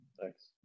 Thanks